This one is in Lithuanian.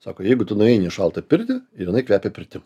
sako jeigu tu nueini į šaltą pirtį ir jinai kvepia pirtim